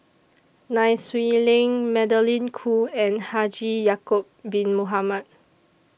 Nai Swee Leng Magdalene Khoo and Haji Ya'Acob Bin Mohamed